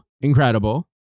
incredible